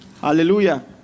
Hallelujah